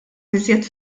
iżjed